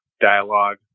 dialogue